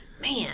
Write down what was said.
Man